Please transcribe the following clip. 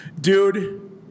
Dude